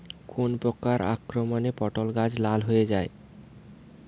কোন প্রকার আক্রমণে পটল গাছ লাল হয়ে যায়?